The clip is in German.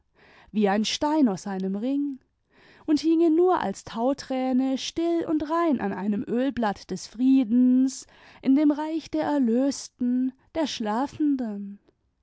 wie ein stein aus einem ring und hinge nur als tauschminken träne still und rein an einem ölblatt des friedens in dem reich der erlösten der schlafenden